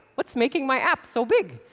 what's making my app so big?